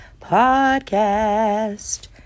podcast